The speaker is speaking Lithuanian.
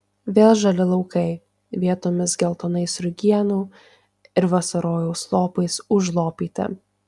vėl žali laukai vietomis geltonais rugienų ir vasarojaus lopais užlopyti